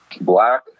black